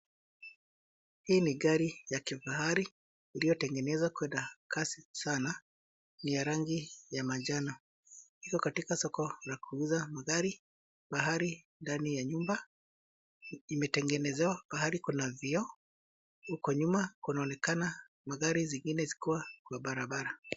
Hii ni gari ya kifahari iliyotengenezwa kwenda kasi sana. Ni ya rangi ya manjano. Liko katika soko la kuuza magari fahari ndani ya nyumba. Imetengenezewa pahali kuna vioo. Huko nyuma kunaonekana magari zingine zikiwa kwa barabara.